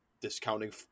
discounting